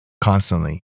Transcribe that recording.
constantly